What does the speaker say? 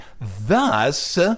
Thus